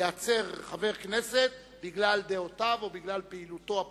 ייעצר חבר הכנסת בגלל דעותיו או בגלל פעילותו הפוליטית.